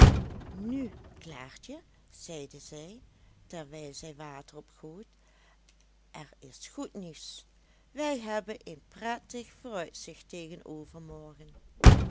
nu klaartje zeide zij terwijl zij water opgoot er is goed nieuws we hebben een prettig vooruitzicht tegen overmorgen